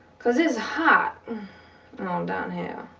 cause it's hot but on down here